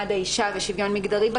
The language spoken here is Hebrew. אנשי ספורט,